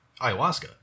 ayahuasca